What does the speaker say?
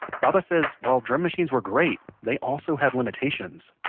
baba says while drum machines were great they also had limitations